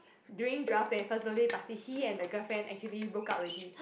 during Joel's twenty first birthday party he and the girlfriend actually broke up already